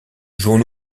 jouons